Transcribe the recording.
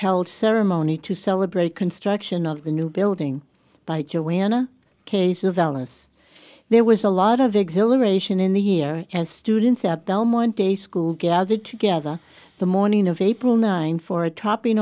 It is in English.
held ceremony to celebrate construction of the new building by joanna case of alice there was a lot of exhilaration in the year as students at belmont a school gathered together the morning of april nine for a trapping